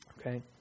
Okay